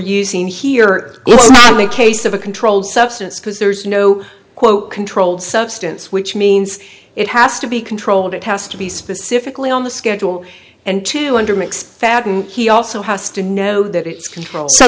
using here in the case of a controlled substance because there's no quote controlled substance which means it has to be controlled it has to be specifically on the schedule and to under mcfadden he also has to know that it's controlled so